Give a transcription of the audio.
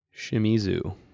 Shimizu